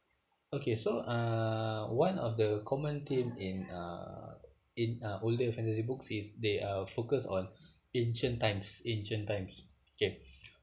okay so uh one of the common theme in uh in uh older fantasy books if they are focused on ancient times ancient times okay